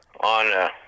on